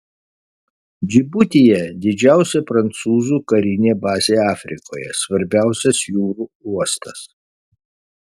džibutyje didžiausia prancūzų karinė bazė afrikoje svarbiausias jūrų uostas